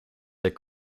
their